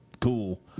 cool